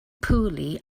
poorly